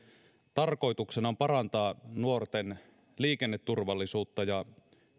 tarkoituksena on parantaa nuorten liikenneturvallisuutta ja